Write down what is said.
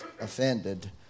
offended